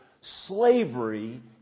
slavery